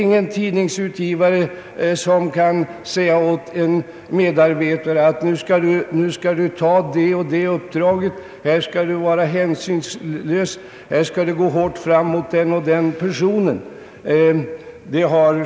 Ingen tidningsutgivare kan säga åt en medarbetare att ta ett visst uppdrag, vara hänsynslös och gå hårt fram mot den och den personen.